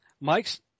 Mike's